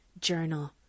journal